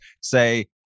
say